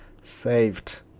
Saved